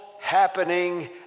happening